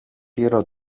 γύρω